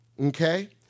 okay